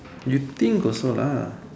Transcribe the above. you think also lah